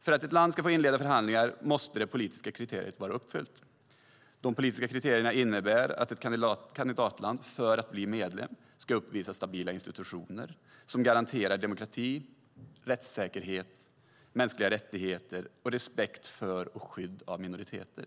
För att ett land ska få inleda förhandlingar måste det politiska kriteriet vara uppfyllt. De politiska kriterierna innebär att ett kandidatland för att bli medlem ska uppvisa stabila institutioner som garanterar demokrati, rättssäkerhet, mänskliga rättigheter och respekt för och skydd av minoriteter.